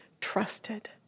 trusted